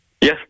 Yes